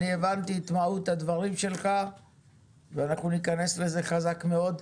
אני הבנתי את מהות הדברים שלך ואנחנו ניכנס לזה חזק מאוד.